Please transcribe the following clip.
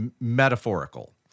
metaphorical